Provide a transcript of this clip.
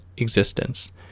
Existence